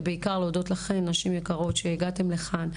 ובעיקר להודות לכן נשים יקרות שהגעתן לכאן,